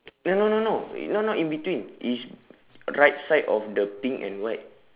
eh no no no not not in between it's right side of the pink and white